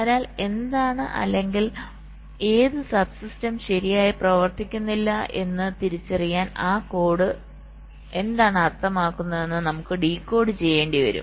അതിനാൽ എന്താണ് അല്ലെങ്കിൽ ഏത് സബ് സിസ്റ്റം ശരിയായി പ്രവർത്തിക്കുന്നില്ലെന്ന് തിരിച്ചറിയാൻ ആ കോഡ് എന്താണ് അർത്ഥമാക്കുന്നത് എന്ന് നമുക്ക് ഡീകോഡ് ചെയ്യേണ്ടിവരും